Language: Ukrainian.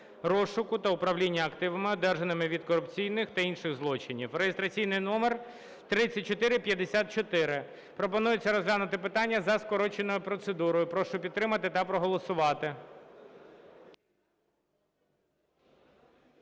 розшуку та управління активами, одержаними від корупційних та інших злочинів (реєстраційний номер 3454). Пропонується розглянути питання за скороченою процедурою. Прошу підтримати та проголосувати.